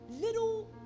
little